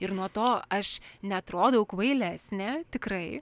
ir nuo to aš neatrodau kvailesnė tikrai